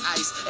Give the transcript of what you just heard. ice